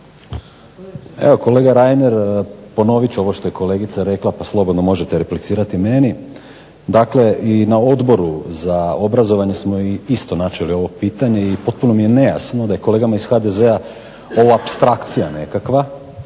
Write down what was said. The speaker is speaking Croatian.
Evo kolega Rainer ponoviti ću ovo što je kolegica rekla pa slobodno možete replicirati meni, dakle i na Odboru za obrazovanje smo načeli ovo pitanje i potpuno mi je nejasno da je kolegama iz HDZ-a ovo apstrakcija nekakva,